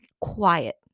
quiet